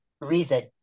reason